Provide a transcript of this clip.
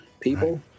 people